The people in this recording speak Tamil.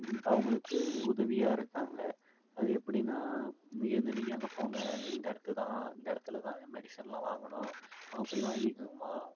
அவங்களுக்கு உதவியாக இருக்காங்கள் அது எப்படின்னா இங்கேருந்து நீங்கள் அங்கே போங்க இந்த இடத்ததான் இந்த இடத்துலதான் மெடிசன்லாம் வாங்கணும் அங்கே போய் வாங்கிக்கங்கம்மா